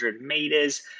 meters